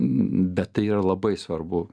bet tai yra labai svarbu